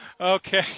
Okay